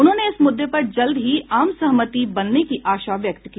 उन्होंने इस मुद्दे पर जल्द ही आम सहमति बनने की आशा व्यक्त की